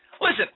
Listen